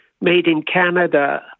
made-in-Canada